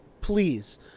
Please